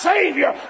Savior